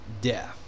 death